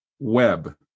Web